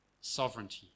sovereignty